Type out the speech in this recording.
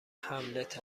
هملت